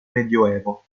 medioevo